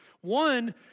one